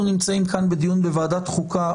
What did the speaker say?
אנחנו נמצאים כאן בדיון בוועדת חוקה,